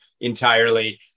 entirely